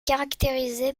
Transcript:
caractérisé